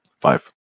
Five